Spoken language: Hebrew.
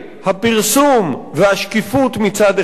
הפרסום והשקיפות מצד אחד,